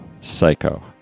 Psycho